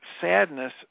sadness